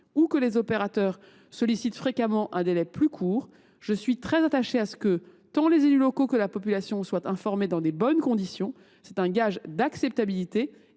et que les opérateurs sollicitent fréquemment un délai plus court. Je suis pour ma part très attachée à ce que tant les élus locaux que la population soient informés dans de bonnes conditions, gage d’acceptabilité